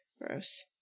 Gross